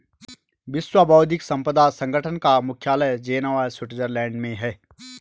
विश्व बौद्धिक संपदा संगठन का मुख्यालय जिनेवा स्विट्जरलैंड में है